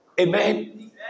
amen